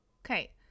Okay